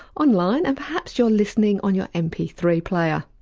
online and perhaps you're listening on your m p three player.